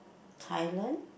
Thailand